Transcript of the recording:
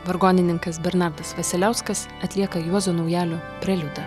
vargonininkas bernardas vasiliauskas atlieka juozo naujalio preliudą